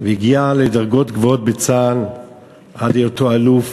והגיע לדרגות גבוהות בצה"ל עד היותו אלוף,